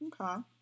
okay